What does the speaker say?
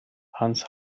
hans